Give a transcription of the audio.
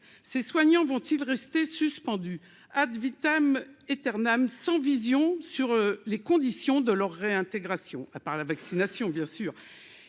ces soignants vont-ils rester suspendu ad vitam eternam, sans vision sur les conditions de leur réintégration à part la vaccination, bien sûr,